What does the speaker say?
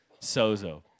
Sozo